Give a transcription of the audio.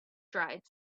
dried